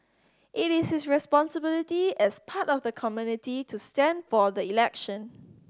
it is his responsibility as part of the community to stand for the election